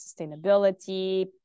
sustainability